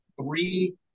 three